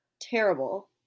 terrible